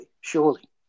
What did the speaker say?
surely